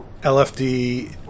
LFD